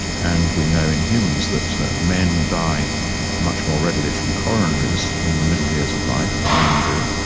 and we know in humans that men die much more readily from coronaries in the middle years of life than women do.